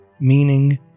meaning